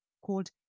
called